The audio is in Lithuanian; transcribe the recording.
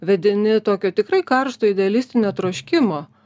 vedini tokio tikrai karšto idealistinio troškimo